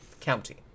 County